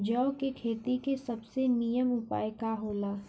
जौ के खेती के सबसे नीमन उपाय का हो ला?